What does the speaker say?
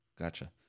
Gotcha